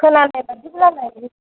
खोनानाय बादिब्ला